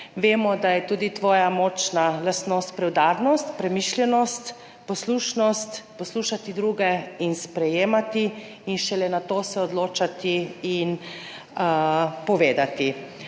Vemo, da je tudi tvoja močna lastnost preudarnost, premišljenost, poslušnost, poslušati druge in sprejemati in šele nato se odločati in povedati.